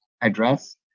address